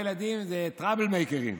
משפחה עם הרבה ילדים, זה "טראבל מייקרים".